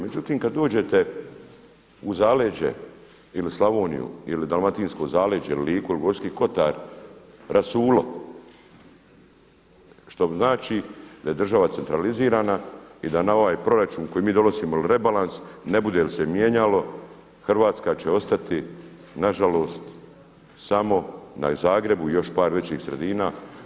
Međutim kad dođete u zaleđe ili Slavoniju ili dalmatinsko zaleđe ili Liku ili Gorski kotar rasulo što znači da je država centralizirana i da na ovaj proračun koji mi donosimo rebalans ne bude li se mijenjalo Hrvatska će ostati na žalost samo na Zagrebu i još par većih sredina.